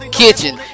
kitchen